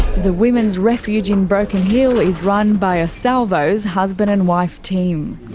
the women's refuge in broken hill is run by a salvos' husband and wife team,